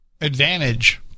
advantage